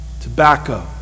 tobacco